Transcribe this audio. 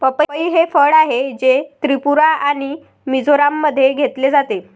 पपई हे फळ आहे, जे त्रिपुरा आणि मिझोराममध्ये घेतले जाते